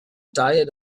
diet